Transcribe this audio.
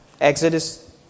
Exodus